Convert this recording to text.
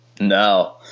no